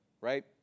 right